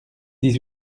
dix